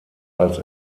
als